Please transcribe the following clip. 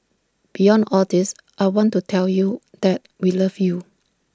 beyond all this I want to tell you that we love you